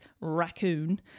raccoon